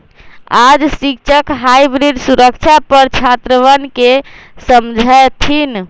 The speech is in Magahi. आज शिक्षक हाइब्रिड सुरक्षा पर छात्रवन के समझय थिन